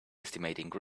estimating